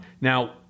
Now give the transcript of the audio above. Now